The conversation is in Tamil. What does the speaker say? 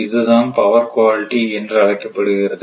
இதுதான் பவர் குவாலிடி என்று அழைக்கப்படுகிறது